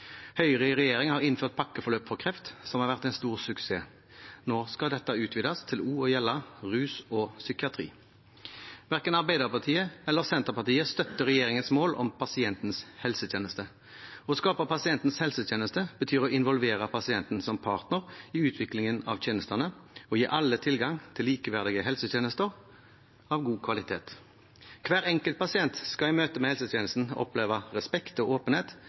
Høyre i regjering har innført pakkeforløp for kreft, som har vært en stor suksess. Nå skal dette utvides til også å gjelde rus og psykiatri. Verken Arbeiderpartiet eller Senterpartiet støtter regjeringens mål om pasientens helsetjeneste. Å skape pasientens helsetjeneste betyr å involvere pasienten som partner i utviklingen av tjenestene, og gi alle tilgang til likeverdige helsetjenester av god kvalitet. Hver enkelt pasient skal i møte med helsetjenesten oppleve respekt og åpenhet